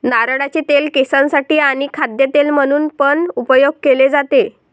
नारळाचे तेल केसांसाठी आणी खाद्य तेल म्हणून पण उपयोग केले जातो